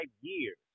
years